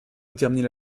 déterminer